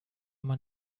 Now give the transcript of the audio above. man